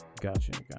gotcha